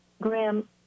Graham